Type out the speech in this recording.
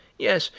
yes,